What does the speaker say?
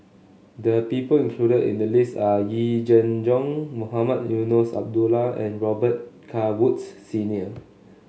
the people included in the list are Yee Jenn Jong Mohamed Eunos Abdullah and Robet Carr Woods Senior